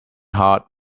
hard